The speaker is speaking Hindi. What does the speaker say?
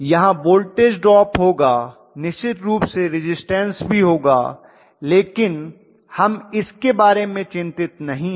यहाँ वोल्टेज ड्रॉप होगा निश्चित रूप से रिज़िस्टन्स भी होगा लेकिन हम इसके बारे में चिंतित नहीं हैं